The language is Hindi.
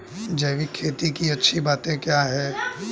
जैविक खेती की अच्छी बातें क्या हैं?